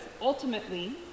ultimately